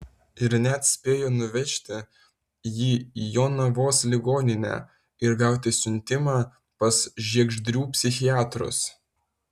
ir net spėjo nuvežti jį į jonavos ligoninę ir gauti siuntimą pas žiegždrių psichiatrus